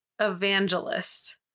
evangelist